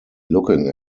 looking